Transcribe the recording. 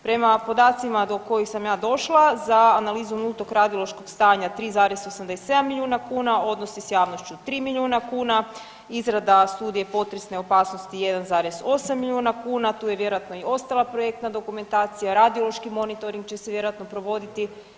Prema podacima do kojih sam ja došla za analizu nultog radiološkog stanja 3,87 milijuna kuna odnosi s javnošću 3 milijuna kuna, izrada studije potresne opasnosti 1,8 milijuna kuna tu je vjerojatno i ostala projektna dokumentacija, radiološki monitoring će se vjerojatno provoditi.